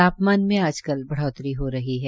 तापमान में आजकल बढ़ोतरी हो रही है